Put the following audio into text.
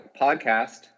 podcast